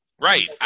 Right